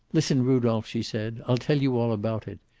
listen, rudolph, she said. i'll tell you all about it.